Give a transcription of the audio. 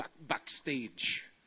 backstage